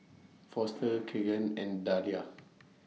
Foster Kegan and Dalia